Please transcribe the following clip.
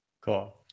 Cool